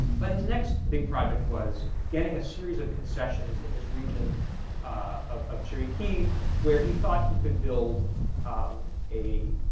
but his next big project was getting a series of concessions in this region of of chiriki where he though he could build um a